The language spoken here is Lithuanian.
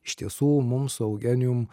iš tiesų mum su eugenijum